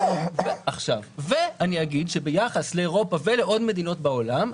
ביחס לאירופה ולעוד מדינות בעולם,